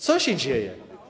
Co się dzieje?